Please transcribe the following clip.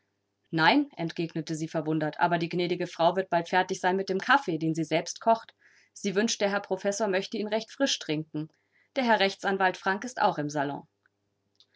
nein entgegnete sie verwundert aber die gnädige frau wird bald fertig sein mit dem kaffee den sie selbst kocht sie wünscht der herr professor möchte ihn recht frisch trinken der herr rechtsanwalt frank ist auch im salon